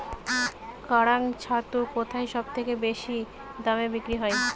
কাড়াং ছাতু কোথায় সবথেকে বেশি দামে বিক্রি হয়?